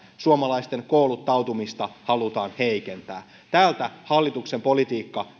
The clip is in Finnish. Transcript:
suomalaisten kouluttautumista halutaan heikentää tältä hallituksen politiikka